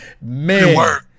Man